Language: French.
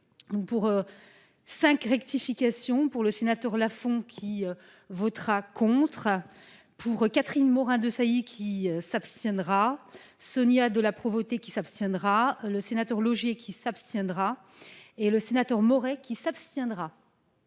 pour. 5. Rectification, pour le sénateur font qui votera contre. Pour Catherine Morin-, Desailly qui s'abstiendra Sonia de la Provoté qui s'abstiendra. Le sénateur qui s'abstiendra et le sénateur Maurey qui s'abstiendra.